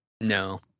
no